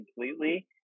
completely